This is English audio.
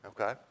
Okay